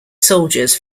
soldiers